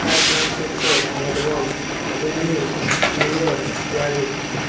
San Francisco Melbourne Sydney New York Paris